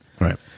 Right